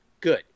Good